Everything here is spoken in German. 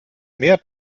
mehr